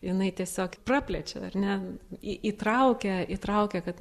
jinai tiesiog praplečia ar ne į įtraukia įtraukia kad